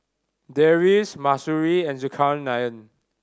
Deris Mahsuri and Zulkarnain